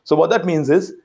so what that means is,